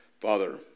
Father